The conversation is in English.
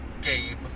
game